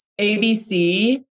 ABC